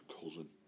cousin